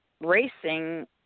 racing